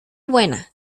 buena